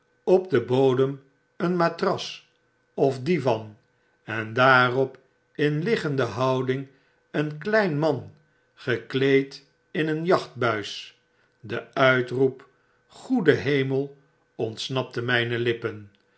op den bodem een matras of divan en daarop in liggende houding e n klein man gekleed in een jachtbuis de uitroep goede hemel ontsnapte mpe lippen